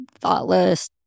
thoughtless